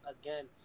again